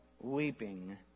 weeping